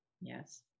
Yes